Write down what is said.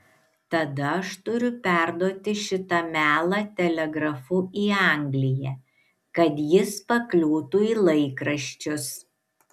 tada aš turiu perduoti šitą melą telegrafu į angliją kad jis pakliūtų į laikraščius